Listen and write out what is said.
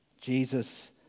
Jesus